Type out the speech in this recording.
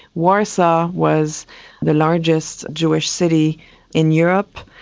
warsaw was the largest jewish city in europe.